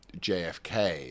JFK